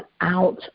out